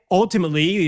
ultimately